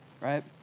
right